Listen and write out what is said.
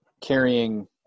carrying